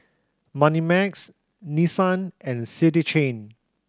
Moneymax Nissan and City Chain